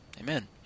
Amen